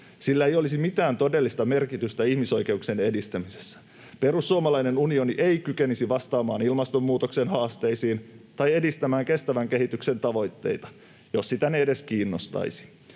Sillä ei olisi mitään todellista merkitystä ihmisoikeuksien edistämisessä. Perussuomalainen unioni ei kykenisi vastaamaan ilmastonmuutoksen haasteisiin tai edistämään kestävän kehityksen tavoitteita, jos ne sitä edes kiinnostaisivat.